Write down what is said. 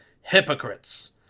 hypocrites